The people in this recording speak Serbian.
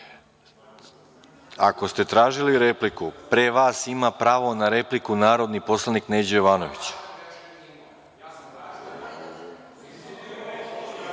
ste tražili repliku, pre vas ima pravo na repliku narodni poslanik Neđo Jovanović.(Saša